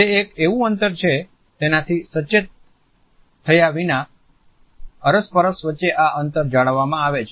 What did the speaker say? તે એક એવું અંતર છે તેનાથી સચેત થયા વિના અરસપરસ વચ્ચે આ અંતર જાળવવામાં આવે છે